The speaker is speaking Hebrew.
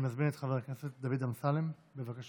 אני מזמין את חבר הכנסת דוד אמסלם, בבקשה.